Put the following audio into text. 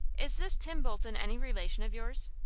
is this tim bolton any relation of yours?